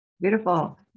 Beautiful